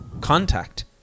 contact